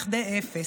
אפס.